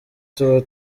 tuba